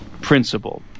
principle